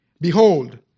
Behold